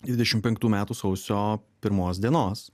dvidešim penktų metų sausio pirmos dienos